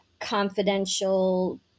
confidential